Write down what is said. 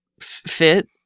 fit